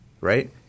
right